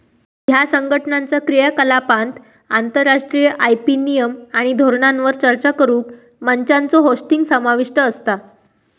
ह्या संघटनाचा क्रियाकलापांत आंतरराष्ट्रीय आय.पी नियम आणि धोरणांवर चर्चा करुक मंचांचो होस्टिंग समाविष्ट असता